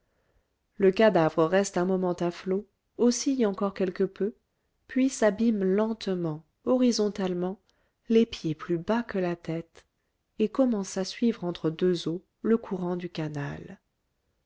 le cadavre reste un moment à flot oscille encore quelque peu puis s'abîme lentement horizontalement les pieds plus bas que la tête et commence à suivre entre deux eaux le courant du canal